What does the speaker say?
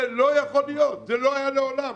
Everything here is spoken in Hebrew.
זה לא יכול להיות, זה לא היה מעולם.